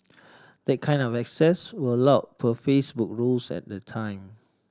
that kind of access were allowe per Facebook's rules at the time